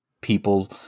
people